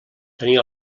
tenir